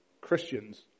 Christians